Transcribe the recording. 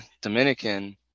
Dominican